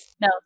no